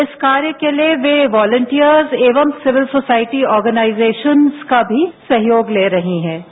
इस कार्य के लिए वे वॉलियंटियर एवं सिविल सोसाइटी आर्गनाइजेशन का भी सहयोग ले रहे हें